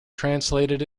translated